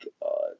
god